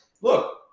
look